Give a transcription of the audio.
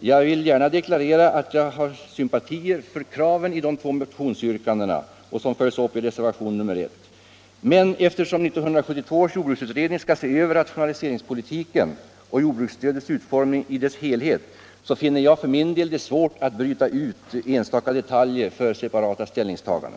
Jag vill gärna deklarera att jag har sympatier för kraven i de två motionsyrkanden som följs upp i reservationen 1, men eftersom 1972 års jordbruksutredning skall se över rationaliseringspolitiken och jordbruksstödets utformning i dess helhet finner jag det svårt att bryta ut enstaka detaljer för separat ställningstagande.